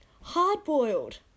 Hard-boiled